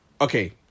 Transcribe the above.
okay